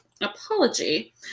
apology